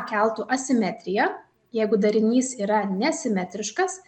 keltų asimetrija jeigu darinys yra nesimetriškas